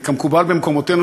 כמקובל במקומותינו,